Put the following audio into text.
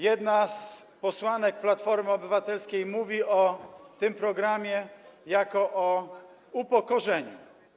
Jedna z posłanek Platformy Obywatelskiej mówi o tym programie jako o upokorzeniu.